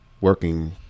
working